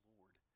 Lord